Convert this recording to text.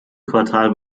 quartal